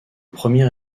premier